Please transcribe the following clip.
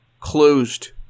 closed